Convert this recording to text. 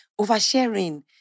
Oversharing